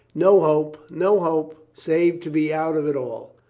no hope, no hope, save to be out of it all.